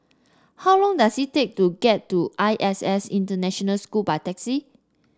how long does it take to get to I S S International School by taxi